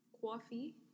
coffee